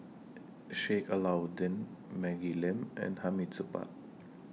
Sheik Alau'ddin Maggie Lim and Hamid Supaat